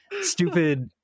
Stupid